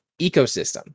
ecosystem